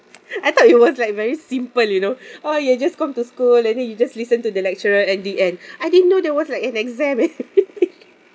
I thought it was like very simple you know oh you just come to school and then you just listen to the lecturer and the end I didn't know there was like an exam